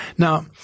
Now